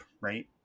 right